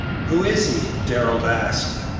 who is he? darrell asked.